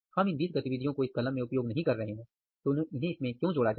हम इन 20 गतिविधियों को इस कलम में उपयोग नहीं कर रहे हैं तो इन्हें इसमें क्यों जोड़ा जाए